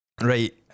Right